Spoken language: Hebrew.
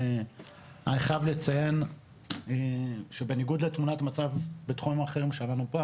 אני חייב לציין שבניגוד לתמונת מצב בתחומים האחרים שהבאנו פה,